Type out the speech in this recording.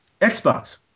Xbox